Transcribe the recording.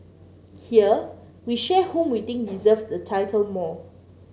here we share whom we think deserves the title more